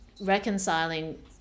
reconciling